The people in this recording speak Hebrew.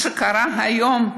מה שקרה היום,